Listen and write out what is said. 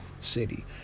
city